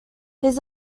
his